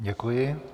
Děkuji.